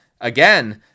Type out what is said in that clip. Again